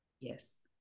yes